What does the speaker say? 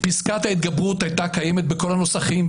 שפסקת ההתגברות הייתה קיימת בכל הנוסחים,